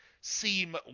seem